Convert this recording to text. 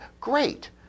great